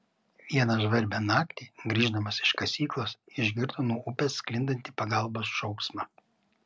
vieną žvarbią naktį grįždamas iš kasyklos išgirdo nuo upės sklindantį pagalbos šauksmą